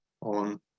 on